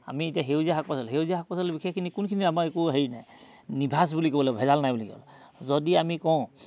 আমি এতিয়া সেউজীয়া শাক পাচলি সেউজীয়া শাক পাচলি বিশেষখিনি কোনখিনি আমাৰ একো হেৰি নাই নিভাঁজ বুলি ক'লে ভেজাল নাই বুলি ক'লে যদি আমি কওঁ